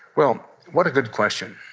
well, what a good question.